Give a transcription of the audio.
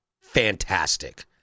fantastic